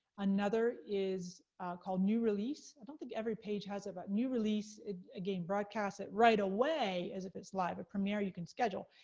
another is called new release. i don't think every page has it. but new release again, broadcast it right away, as if it's live, a premier you can schedule.